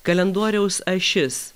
kalendoriaus ašis